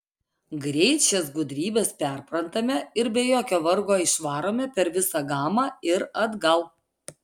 greit šias gudrybes perprantame ir be jokio vargo išvarome per visą gamą ir atgal